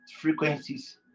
frequencies